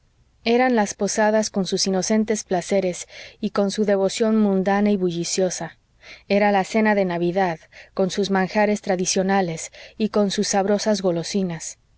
eran las posadas con sus inocentes placeres y con su devoción mundana y bulliciosa era la cena de navidad con sus manjares tradicionales y con sus sabrosas golosinas